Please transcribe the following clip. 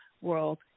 world